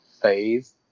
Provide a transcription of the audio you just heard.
phase